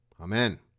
amen